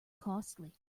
costly